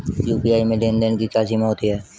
UPI में लेन देन की क्या सीमा होती है?